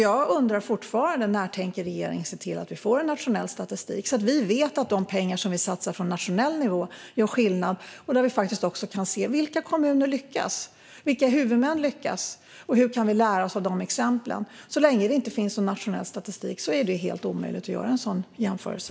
Jag undrar därför fortfarande: När tänker regeringen se till att vi får en nationell statistik, så att vi vet att de pengar som vi satsar från nationell nivå gör skillnad och så att vi faktiskt också kan se vilka kommuner och huvudmän som lyckas och hur vi kan lära oss av dessa exempel? Så länge det inte finns någon nationell statistik är det helt omöjligt att göra en sådan jämförelse.